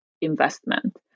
investment